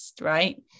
right